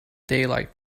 daylight